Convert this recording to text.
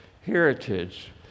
heritage